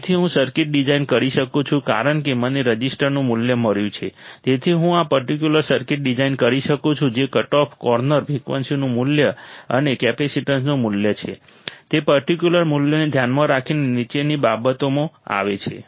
તેથી હું circuit design કરી શકું છું કારણ કે મને રઝિસ્ટરનું મૂલ્ય મળ્યું છે તેથી હું આ પર્ટિક્યુલર સર્કિટ ડિઝાઇન કરી શકું છું જે કટઓફ કોર્નર ફ્રિક્વન્સીનું મૂલ્ય અને કેપેસિટેન્સનું મૂલ્ય છે તે પર્ટિક્યુલર મૂલ્યોને ધ્યાનમાં રાખીને નીચે બતાવવામાં આવે છે